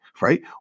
Right